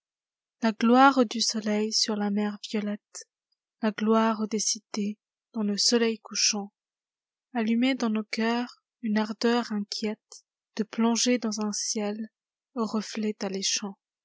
ua gloire du soleil sur la mer violette la gloire des cités dans le soleil couchant allumaient da s nos cœurs une ardeur inquiètede plonger dans un ciel au reflet alléchant